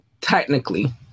technically